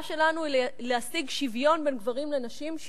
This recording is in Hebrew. שלנו היא להשיג שוויון בין גברים לנשים,